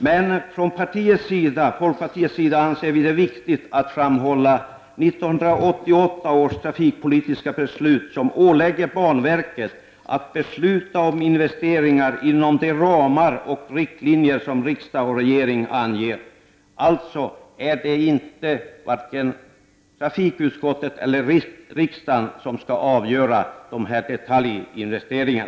Men från folkpartiets sida anser vi det viktigt att framhålla 1988 års trafikpolitiska beslut, som ålägger banverket att besluta om investeringar inom de ramar och enligt de riktlinjer som riksdag och regering anger. Det är alltså varken trafikutskottet eller riksdagen som skall avgöra dessa detaljinvesteringar.